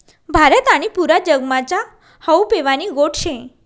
भारत आणि पुरा जगमा च्या हावू पेवानी गोट शे